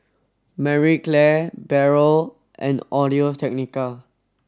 Marie Claire Barrel and Audio Technica